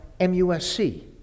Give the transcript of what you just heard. MUSC